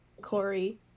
Corey